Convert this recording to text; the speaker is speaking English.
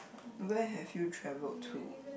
no where have you traveled to